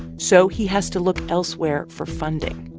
so he has to look elsewhere for funding,